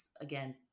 again